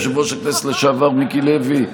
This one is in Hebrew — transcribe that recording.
יושב-ראש הכנסת לשעבר מיקי לוי,